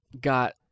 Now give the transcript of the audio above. got